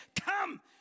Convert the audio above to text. Come